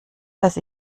dass